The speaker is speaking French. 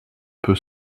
peu